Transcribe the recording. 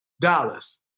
Dallas